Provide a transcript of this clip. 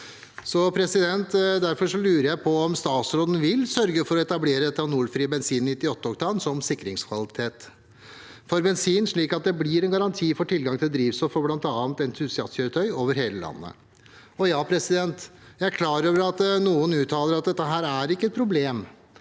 forpliktelse. Derfor lurer jeg på om statsråden vil sørge for å etablere etanolfri bensin 98 oktan som sikringskvalitet for bensin, slik at det blir en garanti for tilgang til drivstoff for bl.a. entusiastkjøretøy over hele landet. Ja, jeg er klar over at noen uttaler at dette ikke er et problem